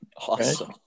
Awesome